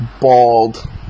bald